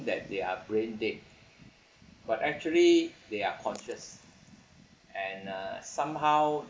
that they are brain dead but actually they are conscious and uh somehow